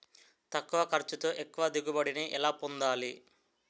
తక్కువ ఖర్చుతో ఎక్కువ దిగుబడి ని ఎలా పొందాలీ?